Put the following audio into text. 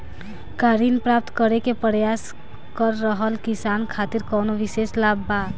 का ऋण प्राप्त करे के प्रयास कर रहल किसान खातिर कउनो विशेष लाभ बा?